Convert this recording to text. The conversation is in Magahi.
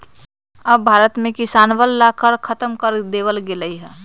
अब भारत में किसनवन ला कर खत्म कर देवल गेले है